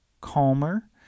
calmer